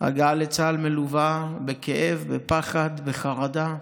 ההגעה לצה"ל מלווה בכאב, בפחד, בחרדה,